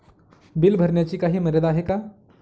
Bill भरण्याची काही मर्यादा आहे का?